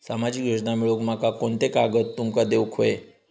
सामाजिक योजना मिलवूक माका कोनते कागद तुमका देऊक व्हये?